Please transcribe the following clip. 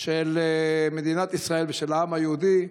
של מדינת ישראל ושל העם היהודי,